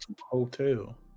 Hotel